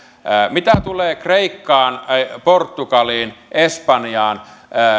mitä tulee kreikkaan portugaliin espanjaan